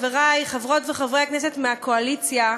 חברי חברות וחברי הכנסת מהקואליציה,